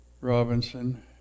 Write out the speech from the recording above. Robinson